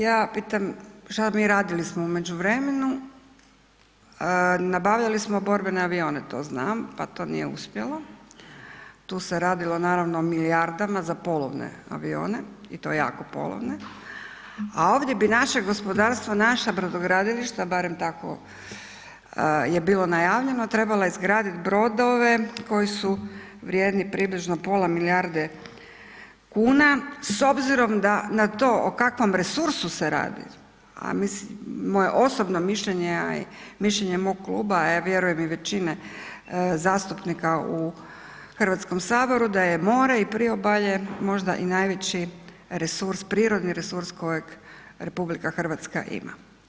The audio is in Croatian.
Ja pitam, šta mi radili smo u međuvremenu, nabavljali smo borbene avione, to znam pa to nije uspjelo, tu se radilo naravno o milijardama za polovne avione i to jako polovne a ovdje bi naše gospodarstvo, naša brodogradilišta, barem tako je bilo najavljeno trebala izgraditi brodove koji su vrijedni približno pola milijarde kuna s obzirom da na to o kakvom resursu se radi a mislim, moje osobno mišljenje a i mišljenje mog kluba a ja vjerujem i većine zastupnika u Hrvatskom saboru da je more i priobalje možda i najveći resurs, prirodni resurs kojeg RH ima.